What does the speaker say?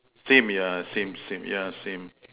same yeah same same